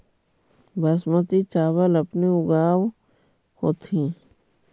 बासमती चाबल अपने ऊगाब होथिं?